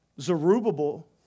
Zerubbabel